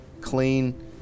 clean